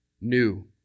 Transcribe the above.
new